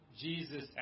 Jesus